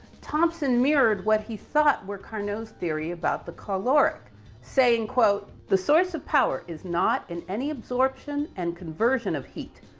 thomson mirrored what he thought were carnot's theory about the caloric saying quote, the source of power is not in any absorption and conversion of heat,